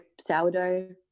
sourdough